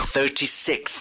Thirty-six